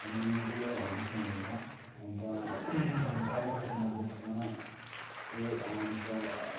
अनि त्यो मेरो हबिज नै हो एउटा अन्त प्राय जस्तो म बुक्समा त्यही अन्त